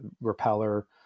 repeller